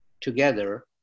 together